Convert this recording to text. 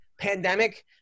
pandemic